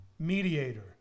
Mediator